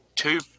Two